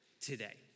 today